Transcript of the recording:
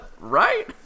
Right